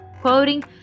quoting